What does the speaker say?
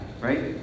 right